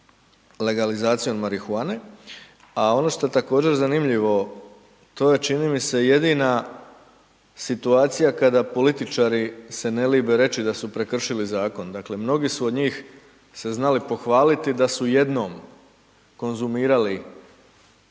legalizacijom marihuane, a ono što je također zanimljivo, to je čini mi se jedina situacija kada političari se ne libe reći da su prekršili zakon, dakle, mnogi su od njih se znali pohvaliti da su jednom konzumirali